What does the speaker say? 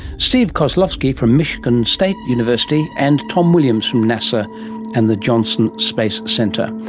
steve kozlowski from michigan state university. and tom williams from nasa and the johnson space centre.